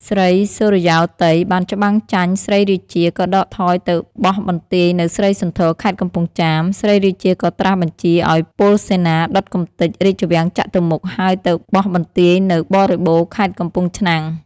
ស្រីសុរិយោទ័យ បានច្បាំងចាញ់ ស្រីរាជា ក៏ដកថយទៅបោះបន្ទាយនៅស្រីសន្ធរ ខេត្តកំពង់ចាម ស្រីរាជាក៏ត្រាសបញ្ជារឱ្យពលសេនាដុតកំទេចរាជវាំងចតុមុខ ហើយទៅបោះបន្ទាយនៅបរិបូរណ៍ ខេត្តកំពង់ឆ្នាំង។